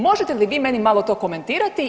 Možete li vi meni malo to komentirati?